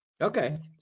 Okay